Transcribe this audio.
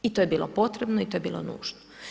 I to je bilo potrebno i to je bilo nužno.